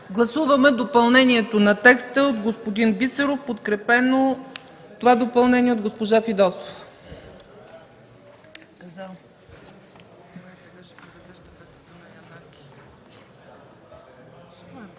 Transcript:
Гласуваме допълнението на текста от господин Бисеров, подкрепено от госпожа Фидосова.